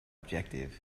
objective